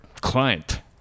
client